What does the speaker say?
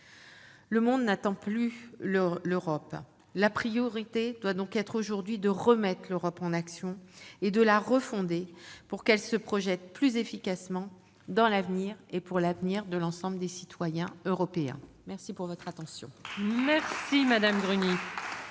Le monde n'attend plus l'Europe. La priorité doit donc être aujourd'hui de la remettre en action et de la refonder pour qu'elle se projette plus efficacement dans l'avenir et pour l'avenir de l'ensemble des citoyens européens. Bravo ! Nous en avons terminé avec